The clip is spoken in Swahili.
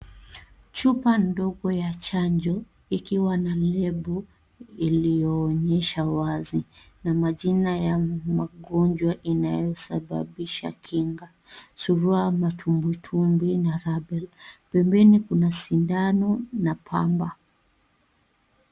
Chupa ndogo ya chanjo, ikiwa na lebo iliyoonyesha wazi, na majina ya magonjwa inayosababisha kinga, surua matumbwitumbwi na rabel , pembeni kuna sindano na pamba.